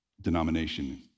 denomination